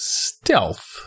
stealth